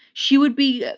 she would be